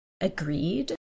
agreed